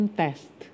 test